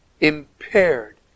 impaired